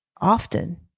often